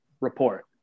report